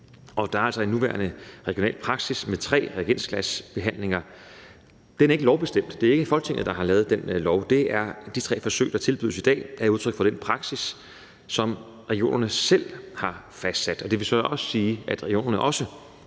og der er altså en nuværende regional praksis med tre reagensglasbehandlinger. Det er ikke lovbestemt, det er ikke Folketinget, der har lavet den lov, det er de tre forsøg, der tilbydes i dag, og det er udtryk for den praksis, som regionerne selv har fastsat. Det vil så også sige, at regionerne også